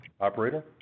Operator